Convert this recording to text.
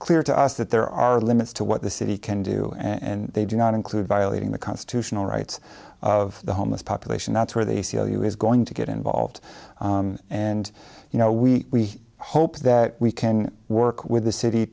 clear to us that there are limits to what the city can do and they do not include violating the constitutional rights of the homeless population that's where the a c l u is going to get involved and you know we hope that we can work with the city